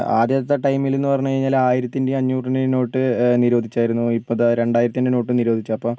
ആദ്യത്തെ ടൈമിലെന്ന് പറഞ്ഞുകഴിഞ്ഞാൽ ആയിരത്തിൻ്റെയും അഞ്ഞൂറിൻ്റെയും നോട്ട് നിരോധിച്ചായിരുന്നു ഇപ്പം ദാ രണ്ടായിരത്തിൻ്റെ നോട്ടും നിരോധിച്ചു അപ്പോൾ